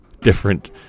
different